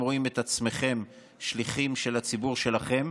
רואים את עצמכם שליחים של הציבור שלכם,